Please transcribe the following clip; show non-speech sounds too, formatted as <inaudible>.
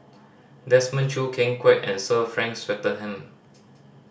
Desmond Choo Ken Kwek and Sir Frank Swettenham <noise>